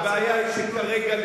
הבעיה היא שכרגע,